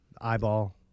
Eyeball